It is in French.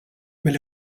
mais